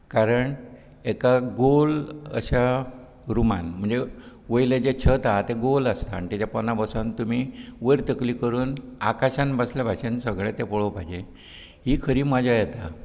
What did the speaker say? कारण एका गोल अशा रुमांत म्हणजें वयलें जें छत आहा तें गोल आसता आनी तेज्या पोंदा बसून तुमी वयर तकली करून आकाशांत बसला भशेन सगळें तें पळोवपाचें ही खरी मज्जा येता